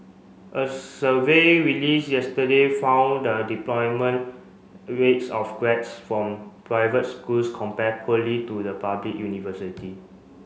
a survey release yesterday found the deployment rates of grads from private schools compared poorly to the public university